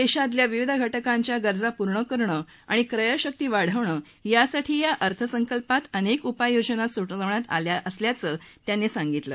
देशातल्या विविध घटकांच्या गरजा पूर्ण करणं आणि क्रयशक्ती वाढवणं यासाठी या अर्थसंकल्पात अनेक उपाययोजना सुचवण्यात आल्या असल्याचं त्यांनी सांगितलं